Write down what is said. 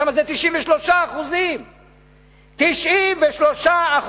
שם זה 93%. 93%,